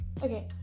Okay